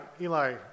Eli